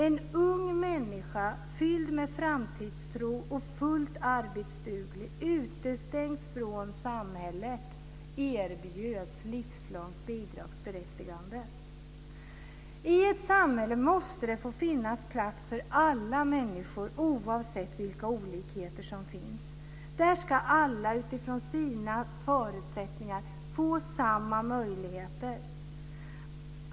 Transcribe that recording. En ung människa fylld med framtidstro och fullt arbetsduglig utestängs från samhället och erbjuds livslångt bidragsberättigande. I ett samhälle måste det få finnas plats för alla människor, oavsett vilka olikheter som finns. Där ska alla utifrån sina förutsättningar få samma möjligheter.